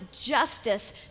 justice